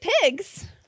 pigs